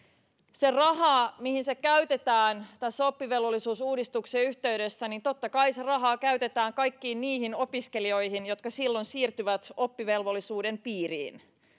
se mihin se raha käytetään tässä oppivelvollisuusuudistuksen yhteydessä totta kai se raha käytetään kaikkiin niihin opiskelijoihin jotka silloin siirtyvät oppivelvollisuuden piiriin